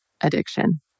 addiction